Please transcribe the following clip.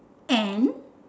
an